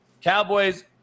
Cowboys